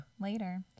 Later